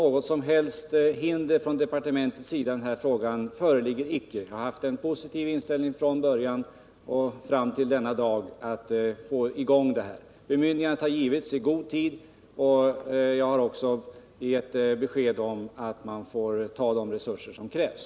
Något som helst hinder från departementet i frågan föreligger alltså icke, utan jag har ända från början och fram till denna dag haft en positiv inställning till att få i gång verksamheten. Bemyndigandet har givits i god tid, och jag har också gett besked om att man får ta i anspråk de resurser som krävs.